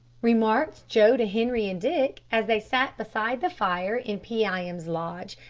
remarked joe to henri and dick, as they sat beside the fire in pee-eye-em's lodge,